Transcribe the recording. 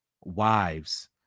wives